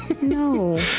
No